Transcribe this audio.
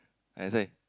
I say